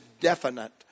definite